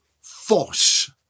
force